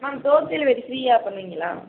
ma'am door delivery ஃப்ரீயாக பண்ணுவீங்களா